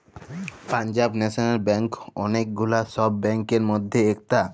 Punjab national bank ওলেক গুলা সব ব্যাংকের মধ্যে ইকটা